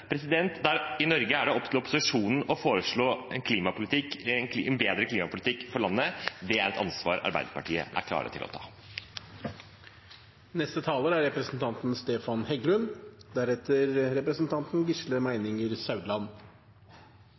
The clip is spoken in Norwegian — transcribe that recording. I Norge er det opp til opposisjonen å foreslå en bedre klimapolitikk for landet. Det er et ansvar Arbeiderpartiet er klare til å ta.